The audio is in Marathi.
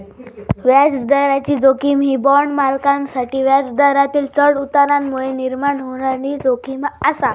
व्याजदराची जोखीम ही बाँड मालकांसाठी व्याजदरातील चढउतारांमुळे निर्माण होणारी जोखीम आसा